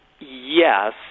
Yes